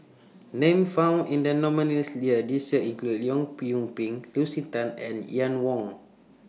Names found in The nominees' list This Year include Leong Yoon Pin Lucy Tan and Ian Woo